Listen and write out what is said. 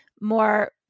more